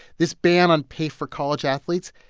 this ban on pay for college athletes,